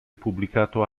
pubblicato